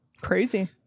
Crazy